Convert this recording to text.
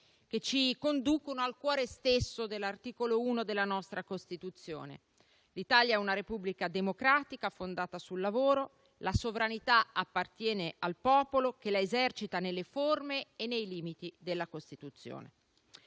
che ci conducono al cuore stesso dell'articolo 1 della nostra Costituzione: «L'Italia è una Repubblica democratica, fondata sul lavoro. La sovranità appartiene al popolo, che la esercita nelle forme e nei limiti della Costituzione».